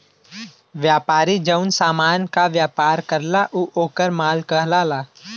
व्यापारी जौन समान क व्यापार करला उ वोकर माल कहलाला